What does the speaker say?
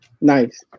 Nice